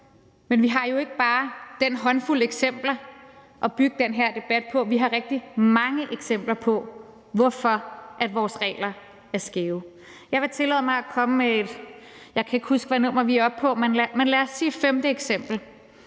men vi har jo ikke bare den håndfuld eksempler at bygge den her debat på; vi har rigtig mange eksempler på, at vores regler er skæve. Jeg vil tillade mig at komme med et eksempel